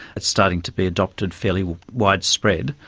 it's starting to be adopted fairly widespread.